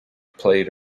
played